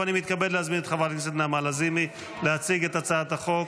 ואני מתכבד להזמין את חברת הכנסת נעמה לזימי להציג את הצעת החוק.